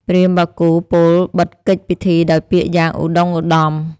ព្រាហ្មណ៍បាគូពោលបិទកិច្ចពិធីដោយពាក្យយ៉ាងឧត្តុង្គឧត្តម។